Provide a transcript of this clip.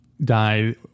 died